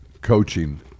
coaching